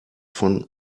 von